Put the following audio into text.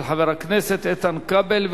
ההצעה תועבר להכנתה לקריאה ראשונה לוועדת העבודה,